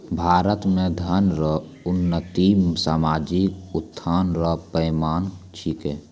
भारत मे धन रो उन्नति सामाजिक उत्थान रो पैमाना छिकै